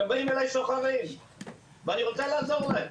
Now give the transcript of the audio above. באים אלי סוחרים ואני רוצה לעזור להם.